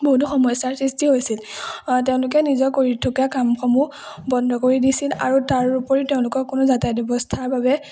বহুতো সমস্যাৰ সৃষ্টি হৈছিল তেওঁলোকে নিজৰ কৰি থকা কামসমূহ বন্ধ কৰি দিছিল আৰু তাৰ উপৰিও তেওঁলোকক কোনো যাতায়ত ব্যৱস্থাৰ বাবে